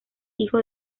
hijo